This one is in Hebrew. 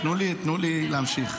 תנו לי להמשיך.